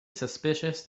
suspicious